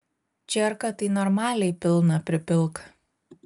čierką tai normaliai pilną pripilk